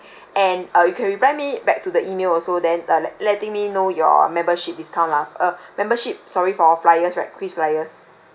and uh you can reply me back to the email also then uh let letting me know your membership discount lah uh membership sorry for flyers right quiz flyers